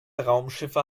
raumschiffe